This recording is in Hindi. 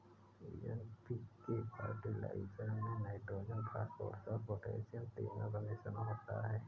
एन.पी.के फर्टिलाइजर में नाइट्रोजन, फॉस्फोरस और पौटेशियम तीनों का मिश्रण होता है